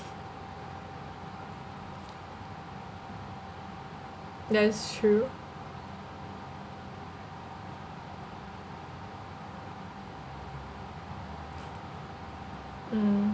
that's true mm